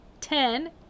ten